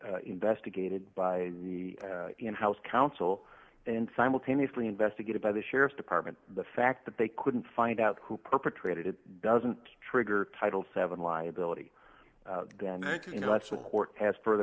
lee investigated by the in house counsel and simultaneously investigated by the sheriff's department the fact that they couldn't find out who perpetrated it doesn't trigger title seven liability then you know that's what the court asked for the